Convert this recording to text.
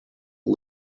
all